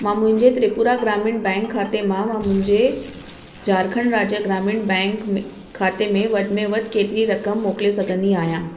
मां मुंहिंजे त्रिपुरा ग्रामीण बैंक खाते मां मुंहिंजे झारखण्ड राज्य ग्रामीण बैंक खाते में वधि में वधि केतिरी रक़म मोकिले सघंदी आहियां